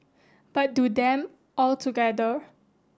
but do them all together